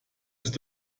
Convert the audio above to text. ist